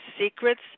secrets